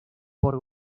por